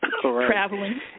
Traveling